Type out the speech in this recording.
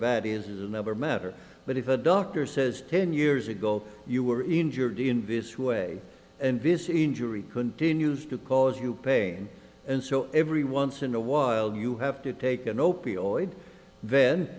bad is another matter but if a doctor says ten years ago you were injured in this way and visit injury continues to cause you pain and so every once in a while you have to take an opioid then